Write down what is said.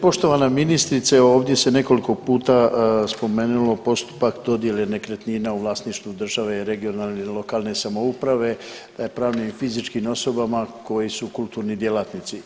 Poštovana ministrice ovdje ste nekoliko puta spomenulo postupak dodjele nekretnina u vlasništvu države i regionalne lokalne samouprave pravnim i fizičkim osobama koji su kulturni djelatnici.